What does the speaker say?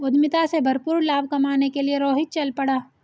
उद्यमिता से भरपूर लाभ कमाने के लिए रोहित चल पड़ा